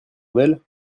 nouvelle